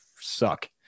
suck